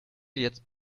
jetzt